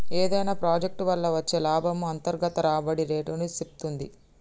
ఏదైనా ప్రాజెక్ట్ వల్ల వచ్చే లాభము అంతర్గత రాబడి రేటుని సేప్తుంది